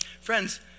Friends